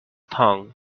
tongue